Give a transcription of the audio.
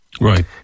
Right